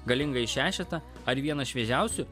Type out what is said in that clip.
galingąjį šešetą ar vieną šviežiausių